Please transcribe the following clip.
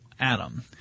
atom